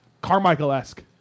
Carmichael-esque